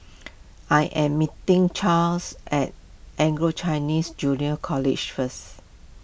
I am meeting Chas at Anglo Chinese Junior College first